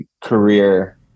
career